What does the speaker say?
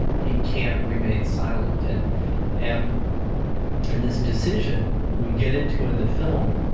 he can't remain silent and um and this decision, we get into in the film,